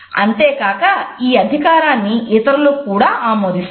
అంతేకాక ఈ అధికారాన్ని ఇతరులు కూడా ఆమోదిస్తారు